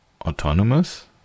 autonomous